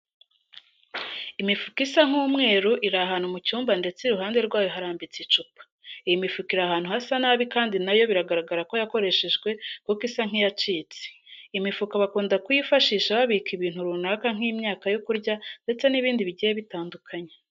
Imifuka isa nk'umweru iri ahantu mu cyumba ndetse iruhande rwayo harambitse icupa. Iyi mifuka iri ahantu hasa nabi kandi na yo biragaragara ko yakoreshejwe kuko isa nk'iyacitse. Imifuka bakunda kuyifashisha babika ibintu runaka nk'imyaka yo kurya ndetse n'ibindi bigiye bitandukanye.